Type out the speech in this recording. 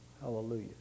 Hallelujah